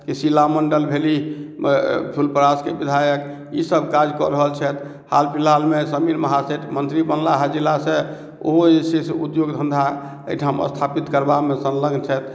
की शीला मण्डल भेलीह फुलपरासके विधायक ईसब काज कऽ रहल छथि हाल फिलहालमे समीर महासेठ मन्त्री बनला हँ जिलासँ ओहो जे छै से उद्योग धन्धा एहिठाम स्थापित करबामे संलग्न छथि